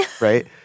Right